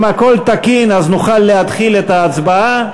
אם הכול תקין, נוכל להתחיל את ההצבעה.